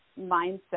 mindset